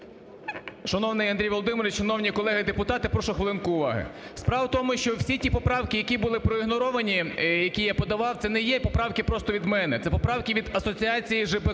Шановний Андрій Володимирович! Шановні колеги-депутати, прошу хвилинку уваги! Справа в тому, що всі ті поправки, які були проігноровані, які я подавав, це не є поправки просто від мене, це поправки від Асоціації ЖБК